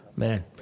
man